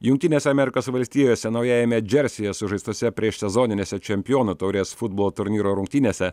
jungtinėse amerikos valstijose naujajame džersyje sužaistose priešsezoninėse čempionų taurės futbolo turnyro rungtynėse